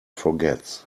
forgets